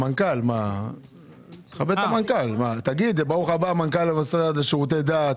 אני מקדם בברכה את מנכ"ל המשרד לשירותי דת.